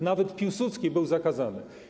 Nawet Piłsudski był zakazany.